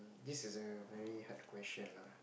this is a very hard question lah